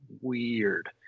weird